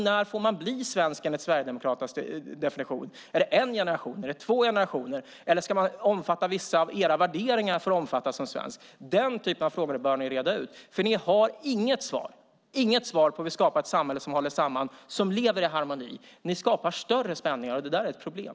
När får man bli svensk enligt Sverigedemokraternas definition? Är det efter en generation, två generationer eller ska man omfatta vissa av era värderingar för att uppfattas som svensk? Den typen av frågor bör ni reda ut. Ni har inget svar på hur vi skapar ett samhälle som håller samman och som lever i harmoni. Ni skapar större spänningar. Det är ett problem.